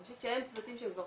אני חושבת שהם צוותים שכבר